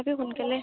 তথাপিও সোনকালে